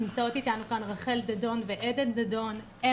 נמצאות איתנו כאן רחל דדון ועדן דדון אם